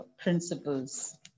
principles